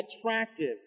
attractive